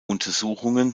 untersuchungen